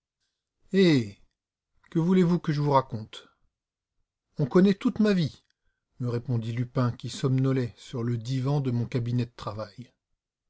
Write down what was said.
que voulez-vous que je vous raconte on connaît toute ma vie me répondit lupin qui somnolait sur le divan de mon cabinet de travail